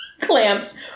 clamps